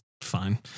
fine